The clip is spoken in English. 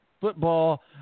football